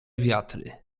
wiatry